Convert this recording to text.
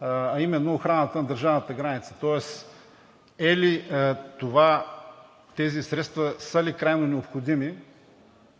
а именно охраната на държавната граница? Тоест, тези средства крайно необходими ли са